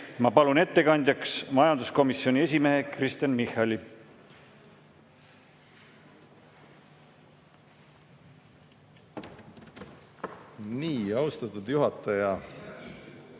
Ma palun ettekandjaks majanduskomisjoni esimehe Kristen Michali. Austatud juhataja!